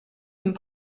and